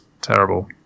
terrible